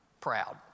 proud